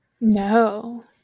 no